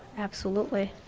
absolutely.